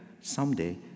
someday